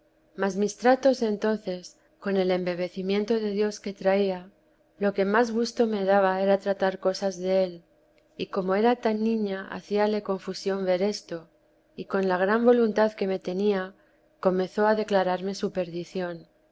mas mis tratos entonces con el embebecimiento de dios que traía lo que más gusto me daba era tratar cosas de é y como era tan niña hacíale confusión ver esto y con la gran voluntad que me tenía comenzó a declararme su perdición